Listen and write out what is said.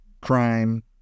crime